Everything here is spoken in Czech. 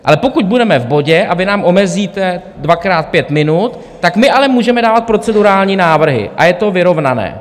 Ale pokud budeme v bodě a vy nám omezíte dvakrát pět minut, tak my ale můžeme dávat procedurální návrhy a je to vyrovnané.